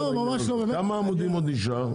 כמה עמודים עוד נשאר?